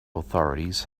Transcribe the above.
authorities